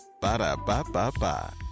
Ba-da-ba-ba-ba